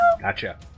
Gotcha